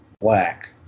Black